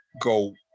go